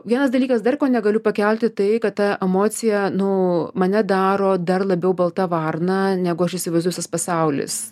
vienas dalykas dar ko negaliu pakelt tai kad ta emocija nu mane daro dar labiau balta varna negu aš įsivaizduoju visas pasaulis